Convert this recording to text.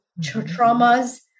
traumas